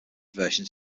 versions